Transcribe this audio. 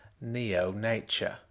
neo-nature